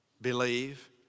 believe